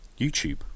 YouTube